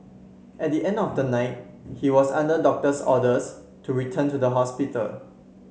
at the end of the night he was under doctor's orders to return to the hospital